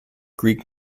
greek